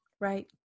Right